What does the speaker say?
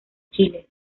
chile